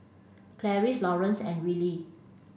Laurence and Wiley